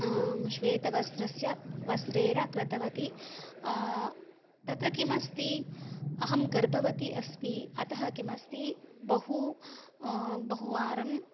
श्वेतवस्त्रस्य वस्त्रेण कृतवती तत्र किमस्ति अहं गर्भवती अस्मि अतः किमस्ति बहु बहुवारं